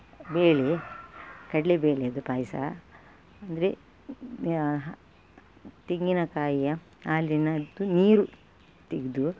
ಬೇಳೆ ಕಡಲೆ ಬೇಳೇದು ಪಾಯಸ ಅಂದರೆ ತೆಂಗಿನ ಕಾಯಿಯ ಹಾಲಿನದ್ದು ನೀರು ತೆಗೆದು